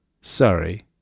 Sorry